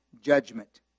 judgment